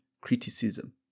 criticism